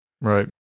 right